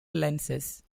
lenses